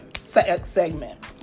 segment